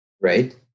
right